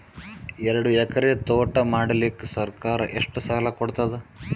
ಎರಡು ಎಕರಿ ತೋಟ ಮಾಡಲಿಕ್ಕ ಸರ್ಕಾರ ಎಷ್ಟ ಸಾಲ ಕೊಡತದ?